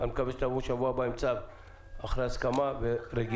אני מקווה שתבואו בשבוע הבא עם צו אחרי הסכמה ורגיעה.